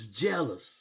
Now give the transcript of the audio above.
jealous